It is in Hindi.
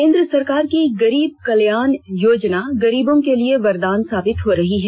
केंद्र सरकार की गरीब कल्याण योजना गरीबों के लिए वरदान साबित हो रही है